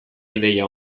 ideia